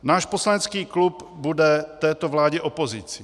Náš poslanecký klub bude této vládě opozicí.